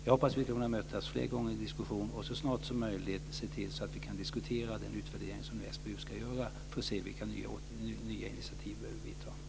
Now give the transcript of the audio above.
Jag hoppas att vi kommer att mötas fler gånger i en diskussion och att vi så snart som möjligt kan se till att diskutera den utvärdering som SBU nu ska göra för att se vilka nya initiativ vi behöver ta.